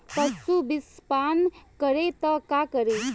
पशु विषपान करी त का करी?